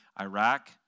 Iraq